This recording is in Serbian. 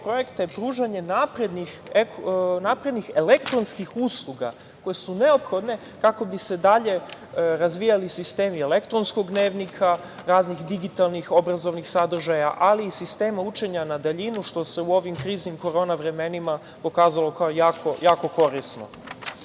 projekta je pružanje naprednih elektronskih usluga koje su neophodne kako ni se dalje razvijali sistemi elektronskog dnevnika, raznih digitalnih obrazovnih sadržaja, ali i sistema učenja na daljinu, što se u ovim kriznim korona vremenima pokazalo kao jako korisno. Ovim